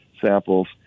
samples